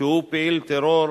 שהוא פעיל טרור,